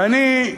ואני,